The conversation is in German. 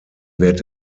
wird